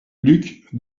luc